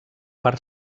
part